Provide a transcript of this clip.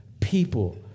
people